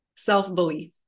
self-belief